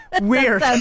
Weird